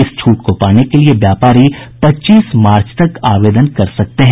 इस छूट को पाने के लिए व्यापारी पच्चीस मार्च तक आवेदन कर सकते है